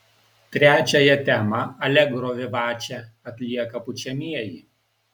trečiąją temą alegro vivače atlieka pučiamieji